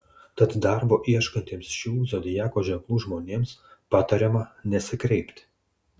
tad darbo ieškantiems šių zodiako ženklų žmonėms patariama nesikreipti